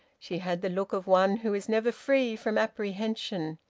she had the look of one who is never free from apprehension.